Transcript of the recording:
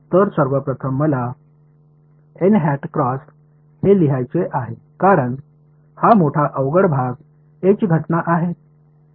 तर सर्वप्रथम मला हे लिहायचे आहे कारण हा थोडा अवघड भाग एच घटना आहे